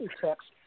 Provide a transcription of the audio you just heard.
text